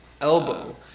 elbow